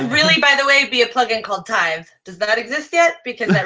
really, by the way, be a plugin called tithe. does that exist yet? because